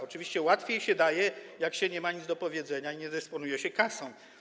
Oczywiście łatwiej się daje, jak się nie ma nic do powiedzenia i nie dysponuje się kasą.